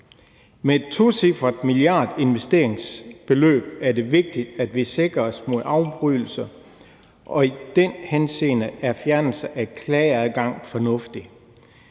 Med et tocifret milliardinvesteringsbeløb er det vigtigt, at vi sikrer os mod afbrydelser, og i den henseende er fjernelse af klageadgang fornuftigt.